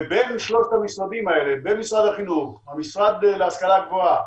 ובין שלושת המשרדים האלה החינוך, השכלה גבוהה